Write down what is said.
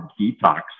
detox